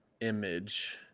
image